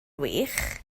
wych